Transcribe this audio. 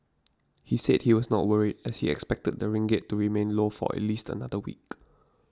he said he was not worried as he expected the ringgit to remain low for at least another week